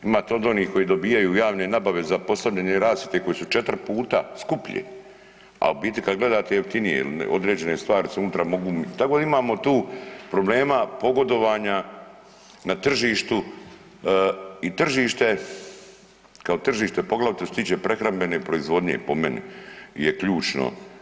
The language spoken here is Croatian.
Imate od onih koji dobijaju javne nabave za postavljanje rasvjete koje su 4 puta skuplje, a u biti kad gledate jeftinije, određene stvari se unutra mogu, tako da imamo tu problema pogodovanja na tržištu i tržište kao tržište poglavito što se tiče prehrambene proizvodnje po meni je ključno.